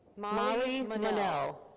molly munnell.